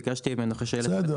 ביקשתי ממנו --- בסדר,